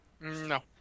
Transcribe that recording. No